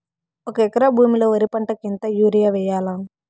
ఒక ఎకరా భూమిలో వరి పంటకు ఎంత యూరియ వేయల్లా?